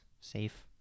safe